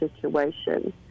situation